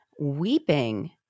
weeping